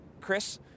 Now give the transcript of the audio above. Chris